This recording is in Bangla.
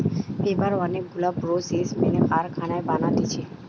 পেপার অনেক গুলা প্রসেস মেনে কারখানায় বানাতিছে